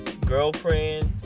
girlfriend